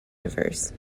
diverse